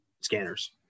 Scanners